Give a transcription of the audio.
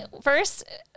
first